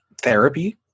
therapy